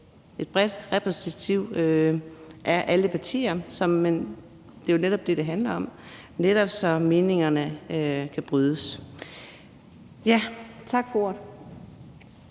et bredt og repræsentativt udsnit af alle partier, for det er jo netop det, det handler om, så meningerne netop kan brydes. Tak for ordet.